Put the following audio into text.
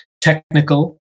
technical